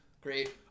great